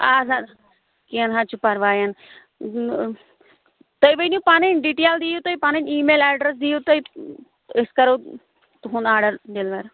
اَدٕ حظ کیٚنٛہہ نہَ حظ چھُ پرواے تُہۍ ؤنِو پنٕنۍ ڈِٹیل دِیِو تُہۍ پنٕنۍ اِی میل ایڈررس دِیِو تُہۍ أسۍ کَرو تُہنٛد آرڈر ڈیلوَر